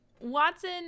Watson